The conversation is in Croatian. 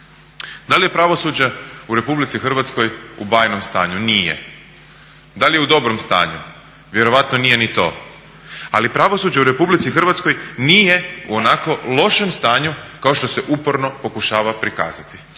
Da li je pravosuđe u RH u bajnom stanju? Nije. Da li je u dobrom stanju? Vjerojatno nije ni to. Ali pravosuđe u RH nije u onako lošem stanju kao što se uporno pokušava prikazati.